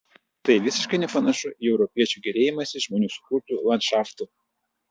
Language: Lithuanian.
tai visiškai nepanašu į europiečių gėrėjimąsi žmonių sukurtu landšaftu